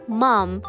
mom